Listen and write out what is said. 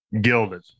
gilded